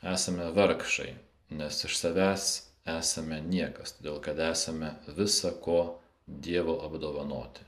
esame vargšai nes iš savęs esame niekas todėl kad esame visa ko dievo apdovanoti